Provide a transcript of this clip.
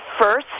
first